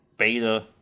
Beta